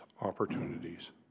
opportunities